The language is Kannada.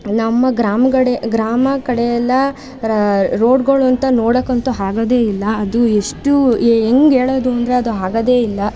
ನಮ್ಮ ಗ್ರಾಮ ಕಡೆ ಗ್ರಾಮ ಕಡೆಯೆಲ್ಲ ರ ರೋಡ್ಗಳಂತೂ ನೋಡೋಕ್ಕಂತೂ ಆಗೋದೇ ಇಲ್ಲ ಅದು ಎಷ್ಟು ಹೆಂಗೆ ಹೇಳೋದು ಅಂದರೆ ಅದು ಆಗೋದೇ ಇಲ್ಲ